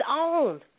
own